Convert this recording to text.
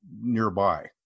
nearby